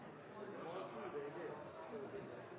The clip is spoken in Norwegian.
satser